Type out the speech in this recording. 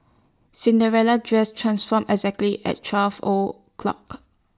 Cinderella's dress transformed exactly at twelve o' clock